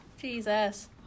Jesus